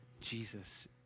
Jesus